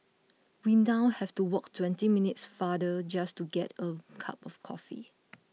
we now have to walk twenty minutes farther just to get a cup of coffee